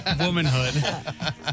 womanhood